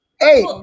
Hey